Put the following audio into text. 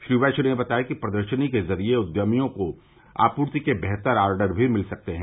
श्री वैश्य ने बताया कि प्रदर्शनी के जरिये उद्यमियों को आपूर्ति के बेहतर आर्डर भी मिल सकते हैं